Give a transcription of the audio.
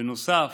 בנוסף,